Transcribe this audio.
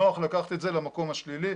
נוח לקחת את זה למקום השלילי,